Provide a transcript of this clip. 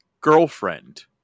girlfriend